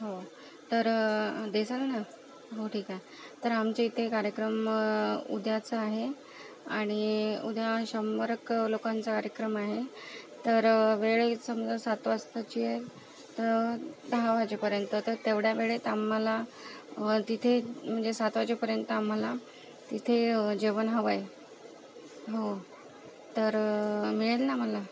हो तर देसाल ना हो ठीक आहे तर आमच्या इथे कार्यक्रम उद्याच आहे आणि उद्या शंभरएक लोकांचा कार्यक्रम आहे तर वेळ आहे समजा सात वाजताची आहे तर दहा वाजेपर्यंत तर तेवढ्या वेळेत आम्हाला तिथे म्हणजे सात वाजेपर्यंत आम्हाला तिथे जेवण हवं आहे हो तर मिळेल ना मला